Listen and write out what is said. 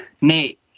Nate